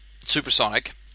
Supersonic